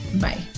Bye